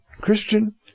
Christian